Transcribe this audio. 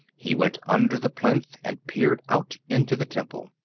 he went under the plinth and peered out into the temple.